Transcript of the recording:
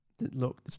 Look